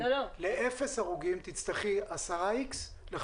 לאפס הרוגים תצטרכי 10 "איקס",